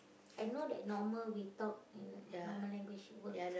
I know that normal we talk in normal language it work